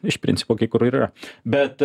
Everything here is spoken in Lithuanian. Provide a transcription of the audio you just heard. iš principo kai kur ir yra bet